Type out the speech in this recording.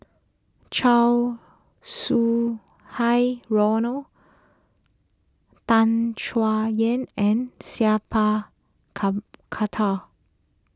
Chow Sau Hai Roland Tan Chay Yan and Sat Pal Khattar